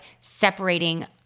separating